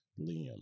Liam